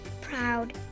proud